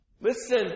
Listen